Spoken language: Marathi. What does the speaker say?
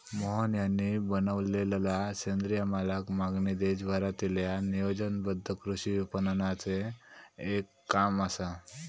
मोहन यांनी बनवलेलला सेंद्रिय मालाक मागणी देशभरातील्या नियोजनबद्ध कृषी विपणनाचे एक काम असा